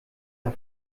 der